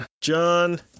John